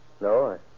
No